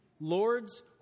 Lord's